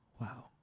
Wow